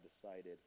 decided